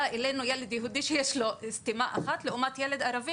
בא אלינו ילד יהודי שיש לו סתימה אחת לעומת ילד ערבי